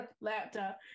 laptop